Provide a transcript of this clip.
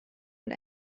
und